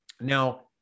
Now